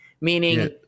meaning